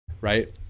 right